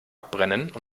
abbrennen